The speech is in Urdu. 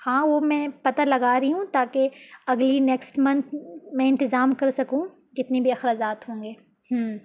ہاں وہ میں پتہ لگا رہی ہوں تاکہ اگلی نیکسٹ منتھ میں انتظام کر سکوں کتنی بھی اخراجات ہوں گے